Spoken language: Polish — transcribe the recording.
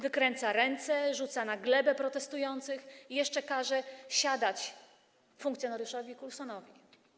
Wykręca ręce, rzuca na glebę protestujących i jeszcze każe siadać funkcjonariuszowi Kulsonowi.